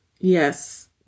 Yes